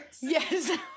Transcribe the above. yes